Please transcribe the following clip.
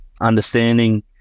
understanding